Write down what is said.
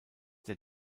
der